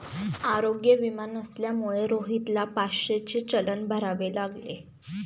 आरोग्य विमा नसल्यामुळे रोहितला पाचशेचे चलन भरावे लागले